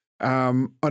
on